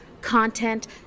content